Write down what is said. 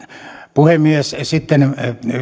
puhemies sitten